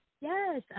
Yes